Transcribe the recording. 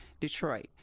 Detroit